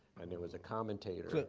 and there was a commentator